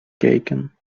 kijken